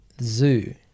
zoo